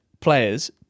players